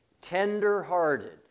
tender-hearted